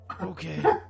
okay